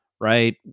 right